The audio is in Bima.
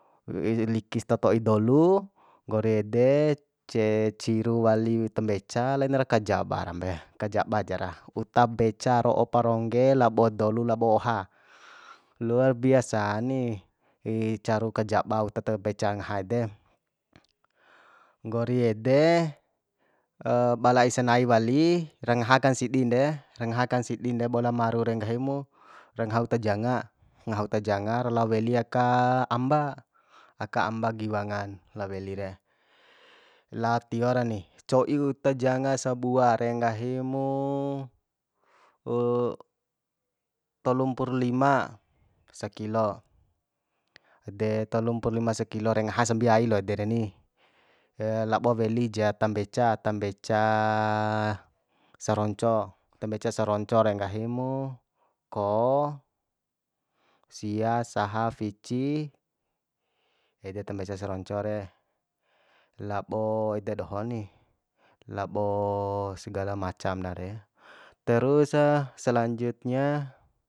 Wi'ij liki stoto'i dolu nggori ede ce ciru wali ku tambeca lainar kajaba rambe kajaba jara uta mbeca ro'o parongge labo dolu labo oha luar biasa ni caru kajaba uta tambeca ngaha ede nggori ede balai sanai wali ra ngaha kan sidin re ra ngaha akan sidi re bola maru re nggahi mu ra ngaha uta janga ngaha uta janga ra lao weli aka amba aka amba giwangan lao weli re lao tio ra ni co'i uta janga sabua re nggahi mu tolum pur lima sakilo ede tolu mpuru lima sakilo re ngaha sambia ai lo ede reni labo weli ja tambeca tambeca saronco tambeca saronco re nggahi mu ko sia saha fici ede tambeca saronco re labo ede doho ni labo sgal macam nare terusa selanjutnya